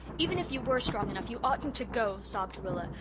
even if you were strong enough, you oughtn't to go, sobbed rilla.